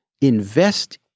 Invest